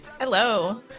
Hello